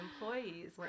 employees